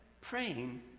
praying